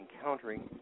encountering